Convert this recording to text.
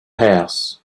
house